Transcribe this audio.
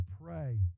pray